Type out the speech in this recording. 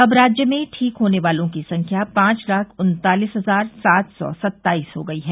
अब राज्य में ठीक होने वालों की संख्या पांच लाख उन्तालिस हजार सात सौ सत्ताईस हो गई है